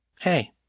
Hey